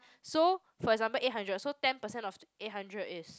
so for example eight hundred so ten percent of eight hundered is